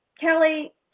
Kelly